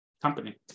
Company